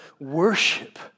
worship